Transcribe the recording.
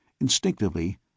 Instinctively